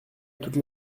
toutes